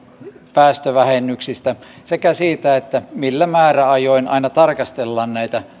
päästövähennyksistä sekä siitä millä määräajoin aina tarkastellaan näitä